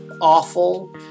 awful